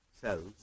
cells